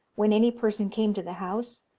when any person came to the house,